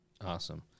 Awesome